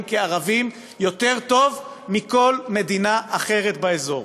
כערבים יותר טוב מבכל מדינה אחרת באזור.